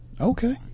Okay